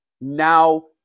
now